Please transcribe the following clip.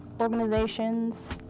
organizations